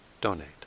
donate